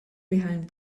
behind